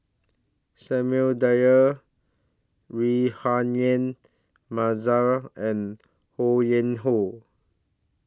Samuel Dyer Rahayu Mahzam and Ho Yuen Hoe